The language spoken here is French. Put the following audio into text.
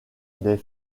des